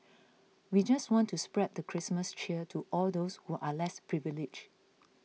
we just want to spread the Christmas cheer to all those who are less privileged